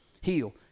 Heal